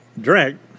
drink